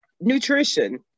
Nutrition